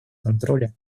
контроля